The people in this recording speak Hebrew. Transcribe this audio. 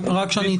זה